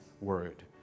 word